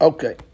Okay